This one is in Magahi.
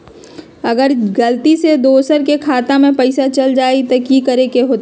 अगर गलती से दोसर के खाता में पैसा चल जताय त की करे के होतय?